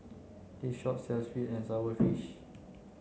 this shop sells sweet and sour fish